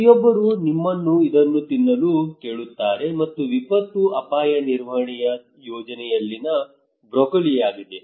ಪ್ರತಿಯೊಬ್ಬರೂ ನಿಮ್ಮನ್ನು ಇದನ್ನು ತಿನ್ನಲು ಕೇಳುತ್ತಾರೆ ಇದು ವಿಪತ್ತು ಅಪಾಯ ನಿರ್ವಹಣೆಯ ಯೋಜನೆಯಲ್ಲಿನ ಬ್ರೊಕೊಲಿಯಾಗಿದೆ